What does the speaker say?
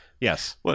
Yes